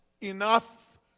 enough